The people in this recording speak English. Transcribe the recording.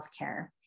healthcare